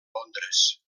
londres